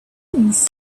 things